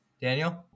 Daniel